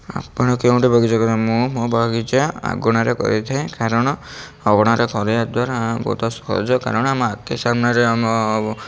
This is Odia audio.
ଆପଣ କେଉଁଠି ବଗିଚା କରି ମୁଁ ମୋ ବଗିଚା ଆଗଣାରେ କରିଥାଏଁ କାରଣ ଅଗଣାରେ କରିବା ଦ୍ୱାରା ବହୁତ ସହଜ କାରଣ ଆମ ଆଖି ସାମ୍ନାରେ ଆମ